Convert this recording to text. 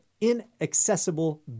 inaccessible